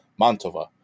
Mantova